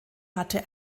hatte